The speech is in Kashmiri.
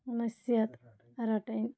نصیحت رَٹٕنۍ